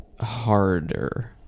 harder